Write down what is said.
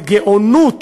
גאונות